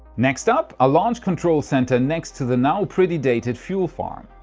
next up? a launch control center next to the now pretty dated fuel farm.